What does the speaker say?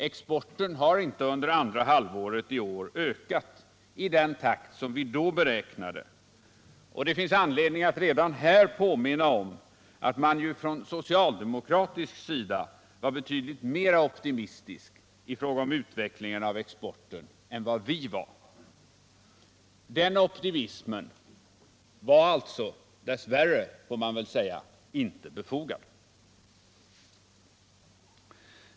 Exporten har inte under andra halvåret i år ökat i den takt som vi då beräknade och det finns anledning att redan här påminna om att man ju från socialdemokratisk sida var betydligt mer optimistisk i fråga om utvecklingen av exporten än vad vi var. Den optimismen var alltså — dess värre — inte befogad.